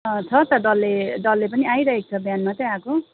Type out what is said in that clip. छ त डल्ले डल्ले पनि आइरहेको छ बिहान मात्रै आएको